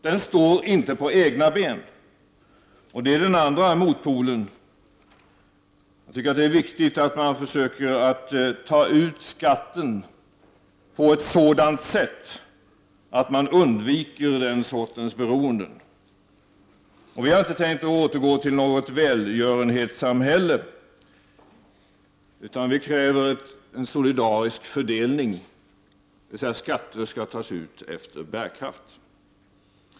Den står inte på egna ben, och det är den andra motpolen. Jag tycker att det är viktigt att man försöker att ta ut skatten på ett sådant sätt att man undviker den sortens beroenden. Vi har inte tänkt återgå till något välgörenhetssamhälle, utan vi kräver en solidarisk fördelning, dvs. skatter skall tas ut efter bärkraft.